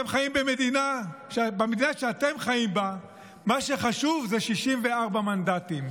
במדינה שאתם חיים בה מה שחשוב זה 64 מנדטים.